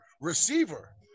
receiver